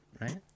Right